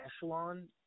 echelon